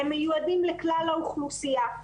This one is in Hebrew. הם מיודעים לכלל האוכלוסייה,